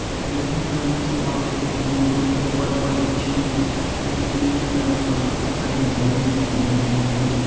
मतलब हिंग कन्नै सोआद खश्बू दोनें चीजां बड़ियां अच्छियां होई जंदियां जि'यां कि गर्म मसाला अस खड़े मसाले बी यूस करने होन्ने जि'यां कि